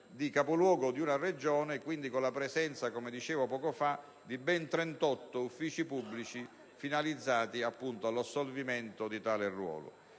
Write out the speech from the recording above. capoluogo di Regione, con la presenza, come dicevo poco fa, di ben 38 uffici pubblici finalizzati all'assolvimento di tale ruolo.